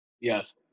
Yes